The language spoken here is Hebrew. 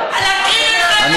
הוא מסביר, אבל, מה הוא אמר.